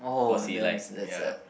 because he like ya